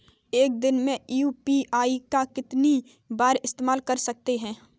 एक दिन में यू.पी.आई का कितनी बार इस्तेमाल कर सकते हैं?